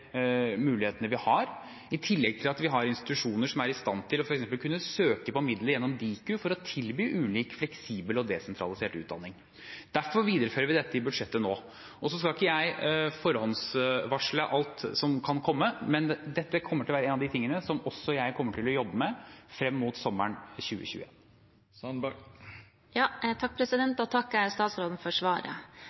mulighetene vi har, i tillegg til at vi har institusjoner som er i stand til f.eks. å kunne søke på midler gjennom Diku for å tilby ulik fleksibel og desentralisert utdanning. Derfor viderefører vi dette i budsjettet nå. Så skal ikke jeg forhåndsvarsle alt som kan komme, men dette vil være en av de tingene også jeg kommer til å jobbe med frem mot sommeren 2021. Da takker jeg statsråden for svaret.